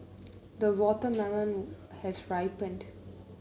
the watermelon has ripened